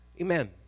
Amen